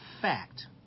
fact